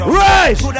rise